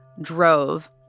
drove